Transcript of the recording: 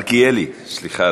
מלכיאלי, סליחה,